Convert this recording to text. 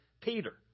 Peter